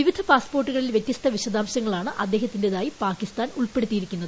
വിവിധ പാസ്പോർട്ടുകളിൽ വ്യത്യസ്ത വിശദാംശങ്ങളാണ് അദ്ദേഹത്തിന്റെതായി പാകിസ്ഥാൻ ഉൾപ്പെടുത്തിയിരിക്കുന്നത്